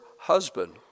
husband